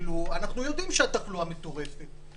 אנחנו יודעים שהתחלואה מטורפת.